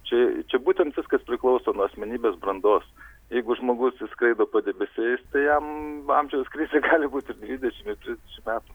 čia čia būtent viskas priklauso nuo asmenybės brandos jeigu žmogus skraido padebesiais tai jam amžiaus krizė gali būti dvidešim ir trisdešim metų